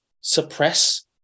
suppress